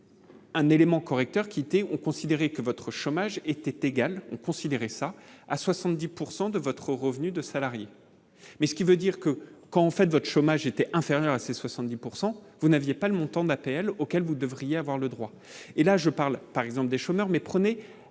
un élément correcteurs quitter ont considéré que votre chômage était égal considérer ça à 70 pourcent de votre revenu de salarié, mais ce qui veut dire que quand vous faites votre chômage était inférieur à ses 70 pourcent vous n'aviez pas le montant d'APL auquel vous devriez avoir le droit, et là je parle par exemple des chômeurs mais prenez